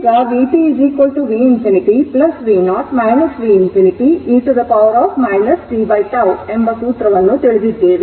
ಈಗ vt v infinity v0 v infinity e t tτ ಎಂಬ ಸೂತ್ರವನ್ನು ತಿಳಿದಿದ್ದೇವೆ